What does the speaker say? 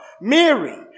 Mary